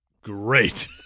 Great